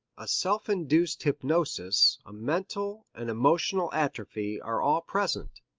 a self-induced hypnosis, a mental, an emotional atrophy are all present.